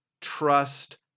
trust